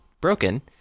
broken